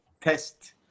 test